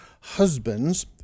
husbands